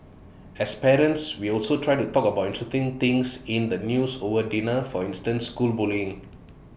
as parents we also try to talk about interesting things in the news over dinner for instance school bullying